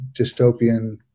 dystopian